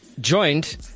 joined